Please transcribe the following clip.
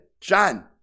John